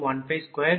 94 kW